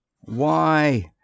Why